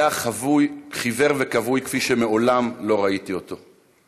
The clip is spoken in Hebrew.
היה חיוור וכבוי כפי שמעולם לא ראיתי אותו.